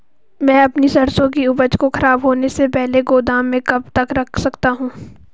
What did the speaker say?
मैं अपनी सरसों की उपज को खराब होने से पहले गोदाम में कब तक रख सकता हूँ?